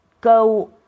go